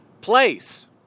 place